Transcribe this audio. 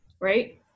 right